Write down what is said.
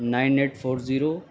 nine eight four zero